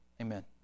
amen